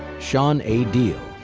sean a. diehl.